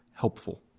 helpful